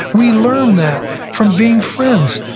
we learn that from being friends.